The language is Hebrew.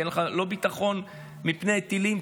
כי אין לך לא ביטחון מפני טילים,